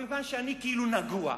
אבל מכיוון שאני כאילו נגוע,